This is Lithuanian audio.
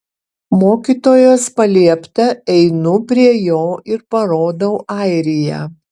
mokytojos paliepta einu prie jo ir parodau airiją